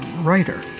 writer